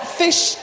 fish